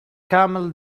camel